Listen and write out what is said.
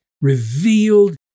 revealed